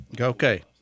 Okay